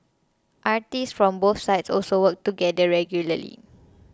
artists from both sides also work together regularly